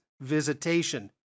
visitation